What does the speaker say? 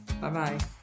Bye-bye